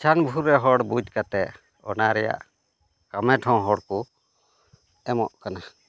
ᱪᱷᱟᱱ ᱵᱷᱩᱨᱮ ᱦᱚᱲ ᱵᱩᱡᱽ ᱠᱟᱛᱮᱫ ᱚᱱᱟ ᱨᱮᱭᱟᱜ ᱟᱱᱟᱴᱦᱚᱸ ᱦᱚᱲᱠᱚ ᱮᱢᱚᱜ ᱠᱟᱱᱟ